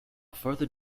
further